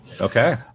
Okay